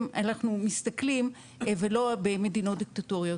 אנחנו מסתכלים ולא במדינות דיקטטוריות.